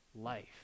life